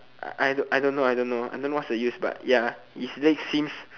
I I don't know I don't know I don't know what's the use but ya his leg seems